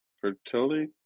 fertility